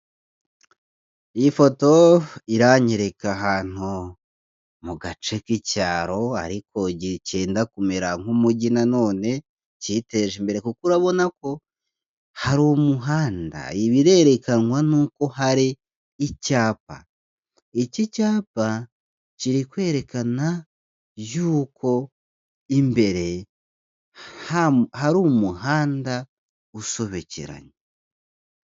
Iyi foto iranyereka ahantu mu gace k'icyaro ariko cyenda kumera nk'umujyi na none cyiteje imbere kuko urabona ko hari umuhanda, birerekanwa n'uko hari icyapa iki cyapa kiri kwerekana ko imbere hari umuhanda usobekeranye.